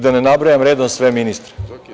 Da ne nabrajam redom sve ministre.